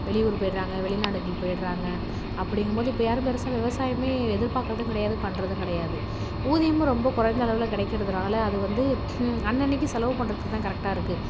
வெளியூர் போயிடுறாங்க வெளிநாடுகள் போயிடுறாங்க அப்படிங்கும் போது இப்போ யாரும் பெருசாக விவசாயம் எதிர்பார்க்கறதும் கிடையாது பண்ணுறதும் கிடையாது ஊதியமும் ரொம்ப குறைஞ்சளவுல கிடைக்கறதுனால அது வந்து அன்னன்னைக்கு செலவு பண்ணுறதுக்கு தான் கரெக்டாக இருக்குது